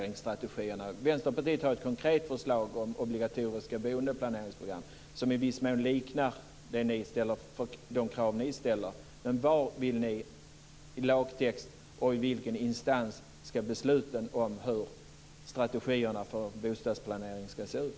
Vänsterpartiet har ett konkret förslag om obligatoriska boendeplaneringsprogram som i viss mån liknar de krav som ni ställer. Var vill ni ha det i lagtext, och i vilken instans ska besluten fattas om hur strategierna för bostadsplanering ska se ut?